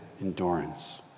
endurance